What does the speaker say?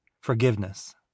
forgiveness